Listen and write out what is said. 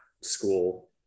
school